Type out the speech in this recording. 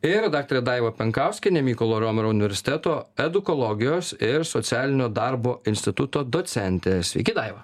ir daktarė daiva penkauskienė mykolo romerio universiteto edukologijos ir socialinio darbo instituto docentė sveiki daiva